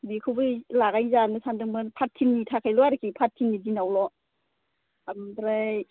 बिखौबो लागायजानो सानदोंमोन पार्थिनि थाखायल' आरखि पार्थिनि दिनावल' आमफ्राय